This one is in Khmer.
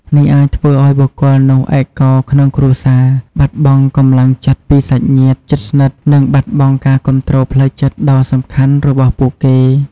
នេះអាចធ្វើឲ្យបុគ្គលនោះឯកោក្នុងគ្រួសារ បាត់បង់កម្លាំងចិត្តពីសាច់ញាតិជិតស្និទ្ធ និងបាត់បង់ការគាំទ្រផ្លូវចិត្តដ៏សំខាន់របស់ពួកគេ។